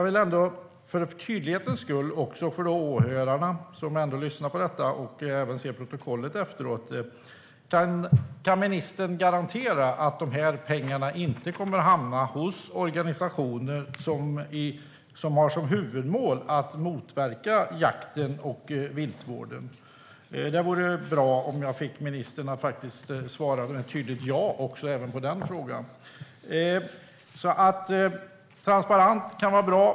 Men för tydlighetens skull, för åhörarna som lyssnar på detta och för dem som läser protokollet efteråt vill jag fråga: Kan ministern garantera att pengarna inte kommer att hamna hos organisationer som har som huvudmål att motverka jakten och viltvården? Det vore bra om jag fick ministern att svara tydligt ja på den frågan. Transparens kan vara bra.